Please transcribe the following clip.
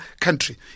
country